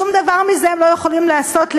שום דבר מזה הם לא יכולים לעשות לבד.